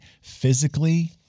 physically